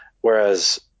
whereas